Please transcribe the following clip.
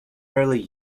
earlier